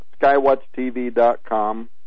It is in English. SkyWatchTV.com